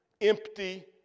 empty